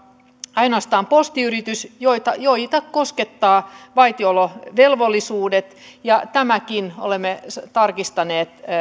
ainoastaan postiyritys jota koskettaa vaitiolovelvollisuudet ja tämänkin olemme tarkistaneet